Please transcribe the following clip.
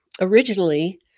originally